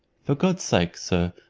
for god's sake, sir,